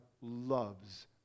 loves